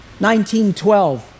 1912